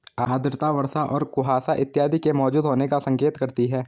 आर्द्रता वर्षा और कुहासा इत्यादि के मौजूद होने का संकेत करती है